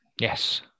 Yes